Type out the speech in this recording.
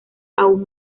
aún